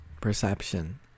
perception